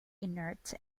inert